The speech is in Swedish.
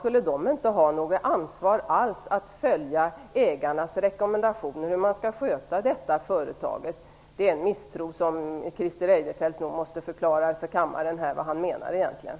Skulle den inte ha något ansvar alls för att följa ägarnas rekommendationer om hur man skall sköta det här företaget? Det är en misstro som Christer Eirefelt nog måste förklara för kammaren. Vad menar han egentligen?